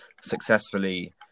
successfully